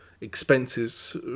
expenses